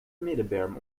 middenberm